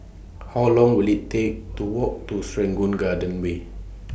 How Long Will IT Take to Walk to Serangoon Garden Way